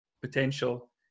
potential